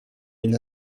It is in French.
une